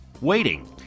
waiting